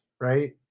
Right